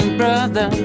brother